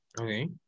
Okay